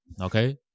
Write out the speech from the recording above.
okay